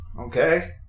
okay